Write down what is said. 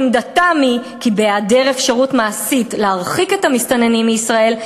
עמדתם היא כי בהיעדר אפשרות מעשית להרחיק את המסתננים מישראל,